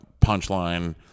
punchline